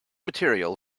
material